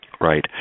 Right